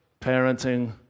parenting